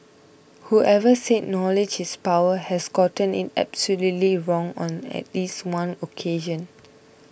whoever said knowledge is power has gotten it absolutely wrong on at least one occasion